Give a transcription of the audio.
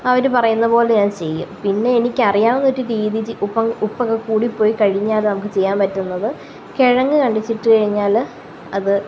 അവർ പറയുന്നതുപോലെ ഞാൻ ചെയ്യും പിന്നെ എനിയ്ക്കറിയാവുന്ന ഒരു രീതി ഉപ്പൊക്കെ കൂടിപ്പോയിക്കഴിഞ്ഞാൽ അതു നമുക്ക് ചെയ്യാൻ പറ്റുന്നത് കിഴങ്ങ് കണ്ടിച്ചിട്ട് കഴിഞ്ഞാൽ അത്